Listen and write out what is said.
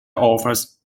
offers